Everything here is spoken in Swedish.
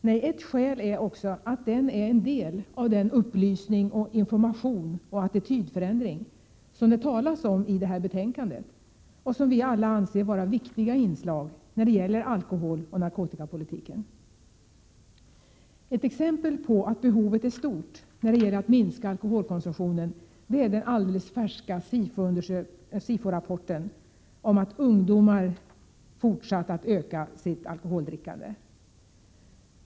Nej, ett skäl är också att den är en del av den upplysning, information och attitydförändring som det talas om i det här betänkandet och som vi alla anser vara viktiga inslag när det gäller alkoholoch narkotikapolitiken. Ett exempel på att behovet är stort när det gäller att minska alkoholkonsumtionen är den alldeles färska SIFO-rapporten om att ungdomar har fortsatt att öka sitt alkoholdrickande.